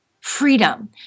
freedom